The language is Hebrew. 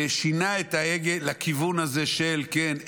ושינה את ההגה לכיוון הזה של כן,